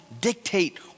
dictate